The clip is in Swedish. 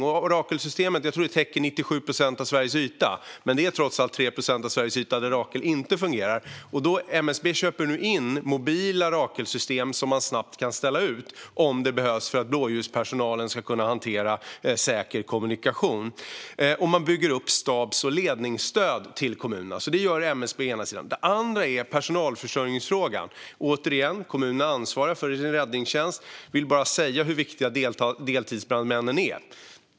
Jag tror att Rakelsystemet täcker 97 procent av Sveriges yta, men då återstår trots allt 3 procent av Sveriges yta där Rakel inte fungerar. MSB köper nu in mobila Rakelsystem som man snabbt kan ställa ut om det behövs för att blåljuspersonalen ska kunna hantera säker kommunikation. Man bygger också upp stabs och ledningsstöd till kommunerna. Det är det ena, och det gör MSB. Det andra är personalförsörjningsfrågan. Återigen: Kommunerna ansvarar för sin räddningstjänst. Jag vill bara säga hur viktiga deltidsbrandmännen är.